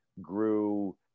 grew